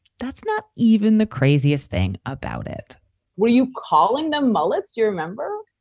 that's not even the craziest thing about it what are you calling them? mullet's, do you remember?